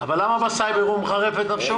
אבל למה בסייבר הוא מחרף את נפשו?